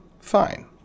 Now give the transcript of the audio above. Fine